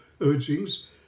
urgings